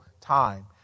time